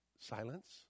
Silence